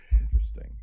Interesting